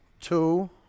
two